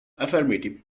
affirmative